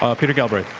ah peter galbraith.